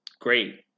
great